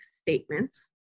statements